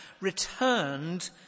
returned